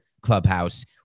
clubhouse